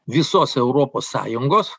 visos europos sąjungos